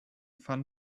fun